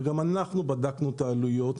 וגם אנחנו בדקנו את העלויות,